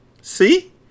See